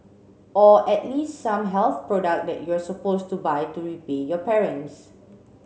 or at least some health product that you're supposed to buy to repay your parents